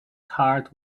heart